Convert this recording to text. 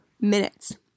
minutes